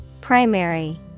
Primary